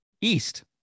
East